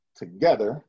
together